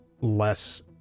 less